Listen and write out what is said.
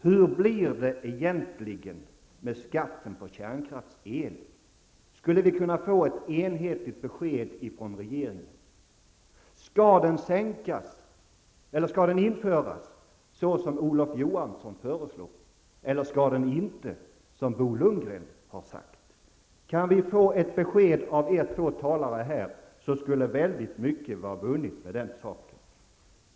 Hur blir det egentligen med skatten på kärnkraftsel? Skulle vi kunna få ett klart besked från regeringen? Skall den införas som Olof Johansson föreslog, eller skall den inte införas som Bo Lundgren har sagt? Kan vi få ett besked av er skulle mycket vara vunnet.